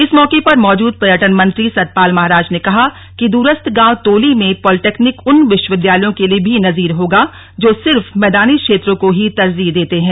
इस मौके पर मौजूद पर्यटन मंत्री सतपाल महाराज ने कहा कि दूरस्थ गांव तोली में पॉलीटेक्निक उन विश्वविद्यालयों के लिए भी नजीर होगा जो सिर्फ मैदानी क्षेत्रों को ही तरजीह देते हैं